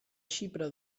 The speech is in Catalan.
xipre